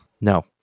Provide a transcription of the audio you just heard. no